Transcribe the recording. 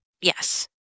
Yes